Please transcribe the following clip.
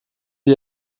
dir